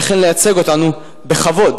וכן לייצג אותנו בכבוד